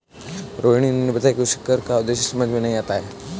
रोहिणी ने बताया कि उसे कर का उद्देश्य समझ में नहीं आता है